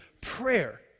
prayer